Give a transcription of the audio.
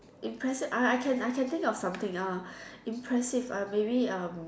impressive I I can I can think of something uh impressive uh maybe um